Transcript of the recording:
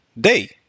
day